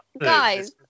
guys